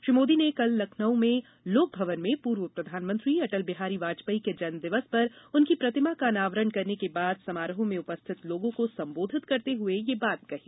श्री मोदी ने कल लखनऊ में लोक भवन में पूर्व प्रधानमंत्री अटल बिहारी वाजपेयी के जन्मदिवस पर उनकी प्रतिमा का अनावरण करने के बाद समारोह में उपस्थित लोगों को संबोधित करते हुए यह बात कही